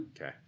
Okay